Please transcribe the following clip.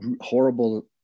horrible